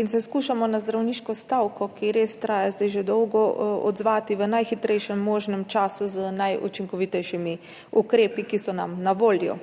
in se skušamo na zdravniško stavko, ki res traja že dolgo, odzvati v najhitrejšem možnem času z najučinkovitejšimi ukrepi, ki so nam na voljo.